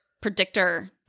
predictor